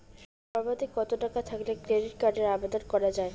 সর্বাধিক কত টাকা থাকলে ক্রেডিট কার্ডের আবেদন করা য়ায়?